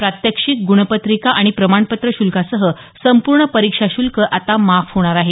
प्रात्यक्षिक ग्णपत्रिका आणि प्रमाणपत्र श्ल्कासह संपूर्ण परीक्षा शूल्क आता माफ होणार आहे